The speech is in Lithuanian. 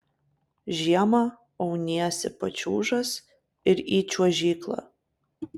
žiemą auniesi pačiūžas ir į čiuožyklą